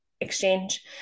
exchange